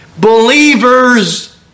believers